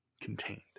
contained